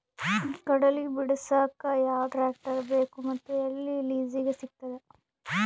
ಕಡಲಿ ಬಿಡಸಕ್ ಯಾವ ಟ್ರ್ಯಾಕ್ಟರ್ ಬೇಕು ಮತ್ತು ಎಲ್ಲಿ ಲಿಜೀಗ ಸಿಗತದ?